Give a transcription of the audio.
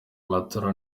matora